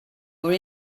were